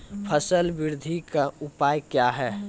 फसल बृद्धि का उपाय क्या हैं?